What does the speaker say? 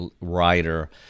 writer